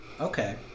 Okay